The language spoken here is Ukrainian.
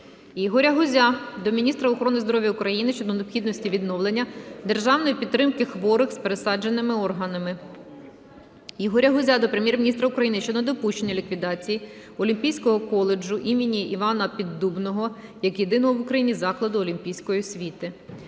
Ігоря Гузя до міністра охорони здоров'я України щодо необхідності відновлення державної підтримки хворих з пересадженими органами. Ігоря Гузя до Прем'єр-міністра України щодо недопущення ліквідації Олімпійського коледжу імені Івана Піддубного як єдиного в Україні закладу олімпійської освіти.